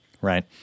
right